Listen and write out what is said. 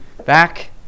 Back